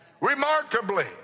Remarkably